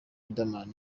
riderman